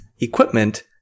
equipment